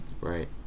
Right